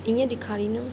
इअं ॾेखारींदमि